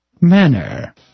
manner